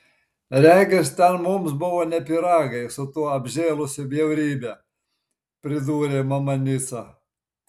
regis ten mums buvo ne pyragai su tuo apžėlusiu bjaurybe pridūrė mama nica